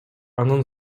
анын